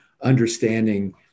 understanding